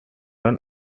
run